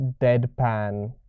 deadpan